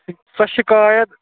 سۄ شِکایت